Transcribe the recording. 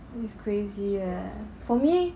this is crazy eh for me